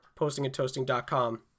postingandtoasting.com